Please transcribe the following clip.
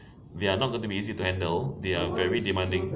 they are not going to be easy to handle they are very demanding